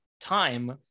time